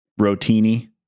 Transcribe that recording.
Rotini